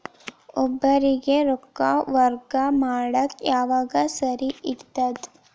ಒಬ್ಬರಿಗ ರೊಕ್ಕ ವರ್ಗಾ ಮಾಡಾಕ್ ಯಾವಾಗ ಸರಿ ಇರ್ತದ್?